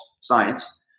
science